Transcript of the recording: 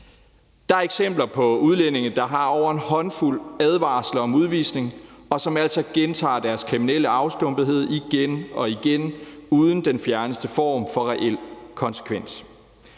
Der er eksempler på udlændinge, der har over en håndfuld advarsler om udvisning, og som altså gentager deres kriminelle afstumpethed igen og igen uden den fjerneste form for reel konsekvens.